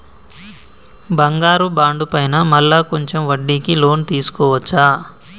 బంగారు బాండు పైన మళ్ళా కొంచెం వడ్డీకి లోన్ తీసుకోవచ్చా?